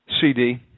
CD